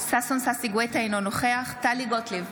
ששון ששי גואטה, אינו נוכח טלי גוטליב,